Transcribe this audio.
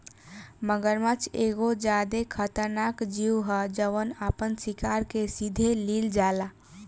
मगरमच्छ एगो ज्यादे खतरनाक जिऊ ह जवन आपना शिकार के सीधे लिल जाला